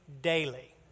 daily